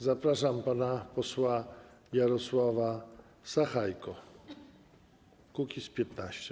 Zapraszam pana posła Jarosława Sachajkę, Kukiz’15.